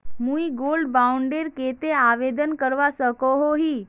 मुई gold bond डेर केते आवेदन करवा सकोहो ही?